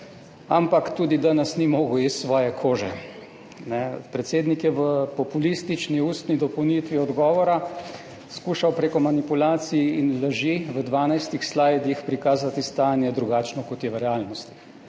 ampak tudi danes ni mogel iz svoje kože. Predsednik je v populistični ustni dopolnitvi odgovora skušal prek manipulacij in laži v 12 slajdih prikazati stanje drugačno, kot je v realnosti,